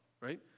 right